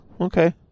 okay